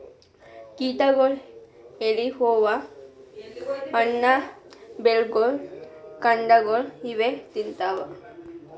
ಕೀಟಗೊಳ್ ಎಲಿ ಹೂವಾ ಹಣ್ಣ್ ಬೆರ್ಗೊಳ್ ಕಾಂಡಾಗೊಳ್ ಇವೇ ತಿಂತವ್